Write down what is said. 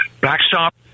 backstop